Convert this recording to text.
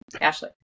Ashley